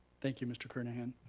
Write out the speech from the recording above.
thank you mr. kernahan.